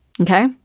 Okay